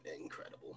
incredible